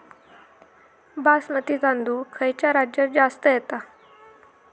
बासमती तांदूळ खयच्या राज्यात जास्त येता?